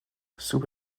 سوپ